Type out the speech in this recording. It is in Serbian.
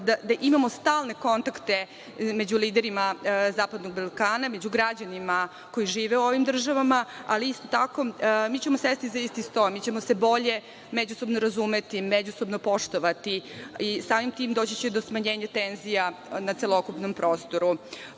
da imamo stalne kontakte među liderima zapadnog Balkana, među građanima koji žive u ovim državama, ali isto tako mi ćemo sesti za isti sto, mi ćemo se bolje međusobno razumeti, međusobno poštovati i samim tim doći će do smanjenja tenzija na celokupnom